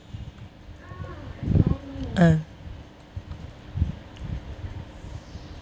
uh